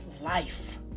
life